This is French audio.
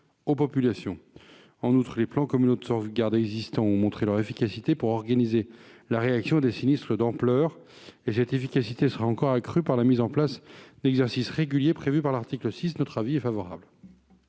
aux populations. En outre, les plans communaux de sauvegarde existants ont montré leur efficacité pour organiser la réaction à des sinistres d'ampleur, et cette efficacité sera encore accrue par la mise en place d'exercices réguliers prévue par l'article 6 de ce texte. L'avis est donc favorable.